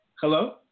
Hello